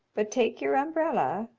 but take your umbrella,